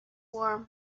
warm